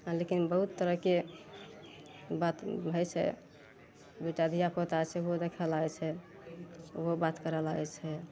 हँ लेकिन बहुत तरहके बात होइ छै दू टा धिआपुता छै ओहो देखे लागै छै ओहो बात करऽ लागै छै